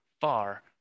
far